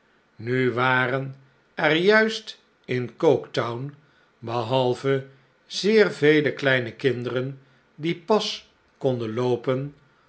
nu waren er juist in coketown behalve zoer vele kleine kinderen die pas konden loopen